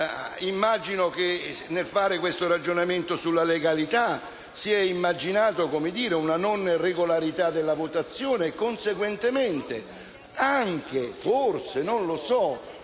Immagino che, nel fare questo ragionamento sulla legalità, si sia immaginata una non regolarità della votazione e conseguentemente, forse, anche una